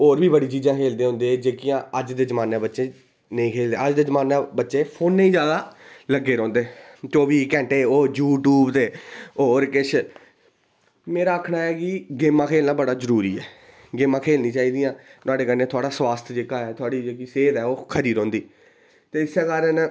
होर बी बड़ियां चीज़ां खेल्लदे होंदे हे जेह्ड़ियां अज्ज दे जमानै बिच नेईं खेल्लदे अज्ज दे जमानै च बच्चे फोनै ई जादा लग्गे दे रौहंदे चौबी घैंटे ओह् यूट्यूब ते होर किश मेरा आक्खना कि गेमां खेलना बड़ा जरूरी ऐ गेमां खेल्लनियां चाही दियां नुहाड़े कन्नै स्वास्थ जेह्ड़ा ऐ सेह्त जेह्की खरी रौहंदी ते इस्सै कारण